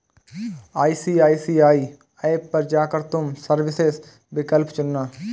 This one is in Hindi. आई.सी.आई.सी.आई ऐप पर जा कर तुम सर्विसेस विकल्प चुनना